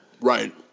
Right